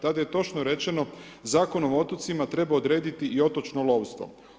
Tada je točno rečeno Zakonom o otocima treba odrediti i otočno lovstvo.